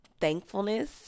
thankfulness